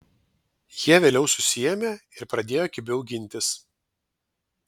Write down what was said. jie vėliau susiėmė ir pradėjo kibiau gintis